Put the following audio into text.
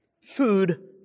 Food